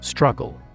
Struggle